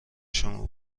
شما